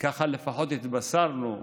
כך לפחות התבשרנו,